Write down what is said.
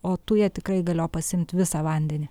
o tuja tikrai galėjo pasiimti visą vandenį